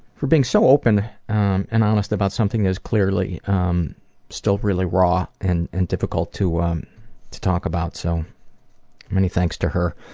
being so open and honest about something that is clearly um still really raw and and difficult to um to talk about, so many thanks to her.